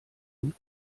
und